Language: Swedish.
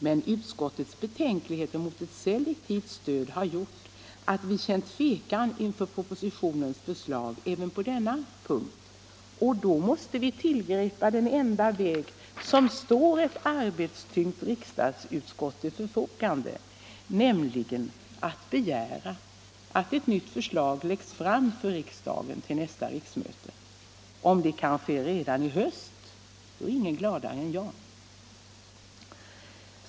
Men utskottets betänkligheter mot ett selektivt stöd har gjort att vi känt tvekan inför propositionens förslag även på denna punkt, och då måste vi tillgripa den enda väg som står ett arbetstyngt riksdagsutskott till förfogande, nämligen att begära att ett nytt förslag läggs fram för riksdagen till nästa riksmöte. Om det kan ske redan i höst är ingen gladare än jag.